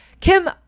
Kim